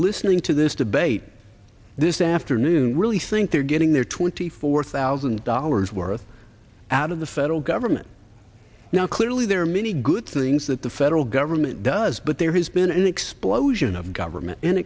listening to this debate this afternoon really think they're getting their twenty four thousand dollars worth out of the federal government now clearly there are many good things that the federal government does but there has been an explosion of government an